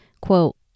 quote